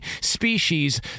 species